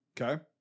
Okay